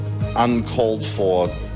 uncalled-for